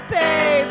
pay